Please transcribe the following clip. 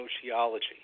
sociology